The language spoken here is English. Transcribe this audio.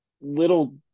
little